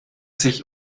sich